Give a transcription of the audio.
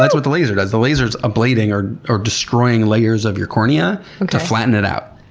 that's what the laser does. the laser is ablating or or destroying layers of your cornea to flatten it out.